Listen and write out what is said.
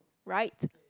right